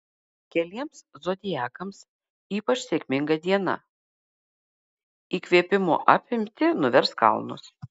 keliems zodiakams ypač sėkminga diena įkvėpimo apimti nuvers kalnus